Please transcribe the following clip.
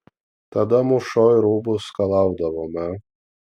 tada mūšoj rūbus skalaudavome